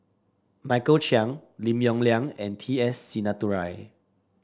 Michael Chiang Lim Yong Liang and T S Sinnathuray